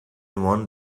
one